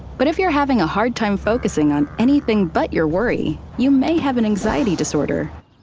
but if you're having a hard time focusing on anything but your worry you may have an anxiety disorder.